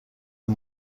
are